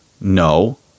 No